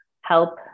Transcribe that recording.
help